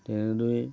তেনেদৰেই